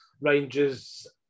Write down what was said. Rangers